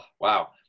Wow